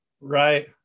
Right